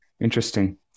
Interesting